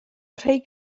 creu